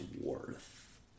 worth